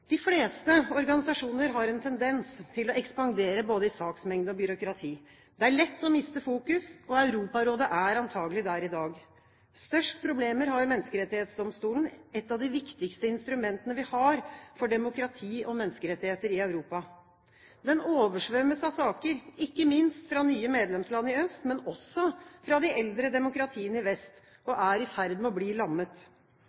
De fleste organisasjoner har en tendens til å ekspandere både i saksmengde og byråkrati. Det er lett å miste fokus. Europarådet er antakelig der i dag. Størst problemer har Menneskerettighetsdomstolen, et av de viktigste instrumentene vi har for demokrati og menneskerettigheter i Europa. Den oversvømmes av saker, ikke minst fra nye medlemsland i øst, men også fra de eldre demokratiene i vest,